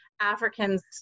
Africans